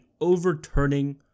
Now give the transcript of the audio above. overturning